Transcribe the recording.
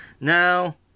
now